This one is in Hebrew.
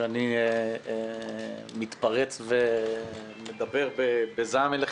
שאני מתפרץ ומדבר בזעם אליכם,